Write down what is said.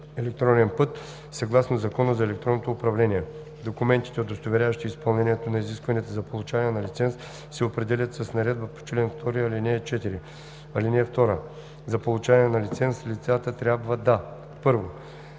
електронен път съгласно Закона за електронното управление. Документите, удостоверяващи изпълнението на изискванията за получаване на лиценз, се определят с наредбата по чл. 2, ал. 4. (2) За получаване на лиценз лицата трябва да: 1.